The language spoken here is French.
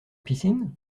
piscine